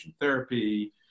therapy